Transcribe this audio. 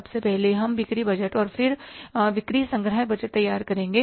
सबसे पहले हम बिक्री बजट और फिर बिक्री संग्रह बजट तैयार करेंगे